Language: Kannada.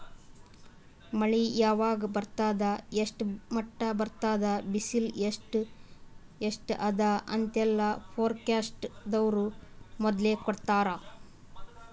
ಮಳಿ ಯಾವಾಗ್ ಬರ್ತದ್ ಎಷ್ಟ್ರ್ ಮಟ್ಟ್ ಬರ್ತದ್ ಬಿಸಿಲ್ ಎಸ್ಟ್ ಅದಾ ಅಂತೆಲ್ಲಾ ಫೋರ್ಕಾಸ್ಟ್ ದವ್ರು ಮೊದ್ಲೇ ಕೊಡ್ತಾರ್